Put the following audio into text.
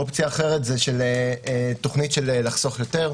אופציה אחרת זה תוכנית לחסוך יותר,